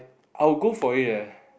I will go for it leh